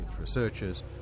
researchers